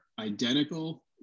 identical